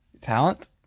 talent